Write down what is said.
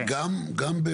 זאת אומרת, גם ב-פוטו-וולטאי.